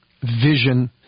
vision